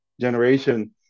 generation